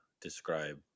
describe